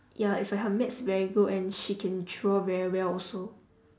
ya it's like her math very good and she can draw very well also